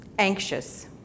Anxious